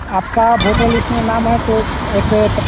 आपका voter list में नाम आए तो एक प